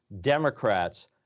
Democrats